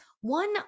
one